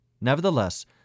Nevertheless